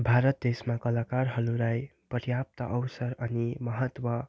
भारत देशमा कलाकारहरूलाई पर्याप्त अवसर अनि महत्त्व